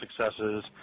successes